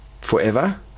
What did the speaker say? forever